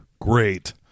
Great